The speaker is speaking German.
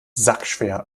sackschwer